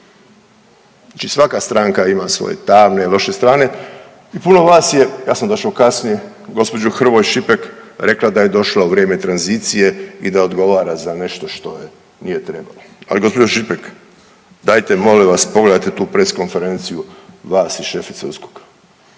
Znači svaka stranka ima svoje tamne i loše strane i puno vas je, ja sam došao kasnije, gospođu Hrvoj Šipek rekla da je došla u vrijeme tranzicije i da odgovara za nešto što nije trebalo. Ali gospođo Šipek dajte molim vas pogledajte tu press konferenciju vas i šefice